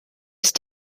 ist